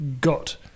got